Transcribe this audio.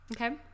Okay